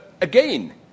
again